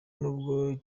nubwo